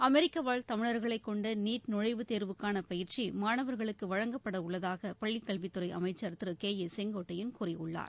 அமெரிக்க வாழ் தமிழர்களை கொண்ட நீட் நுழைவுத் தேர்வுக்கான பயிற்சி மாணவர்களுக்கு வழங்கப்படவுள்ளதாக பள்ளிக் கல்வித் துறை அமைச்சர் திரு கே ஏ செங்கோட்டையன் கூறியுள்ளார்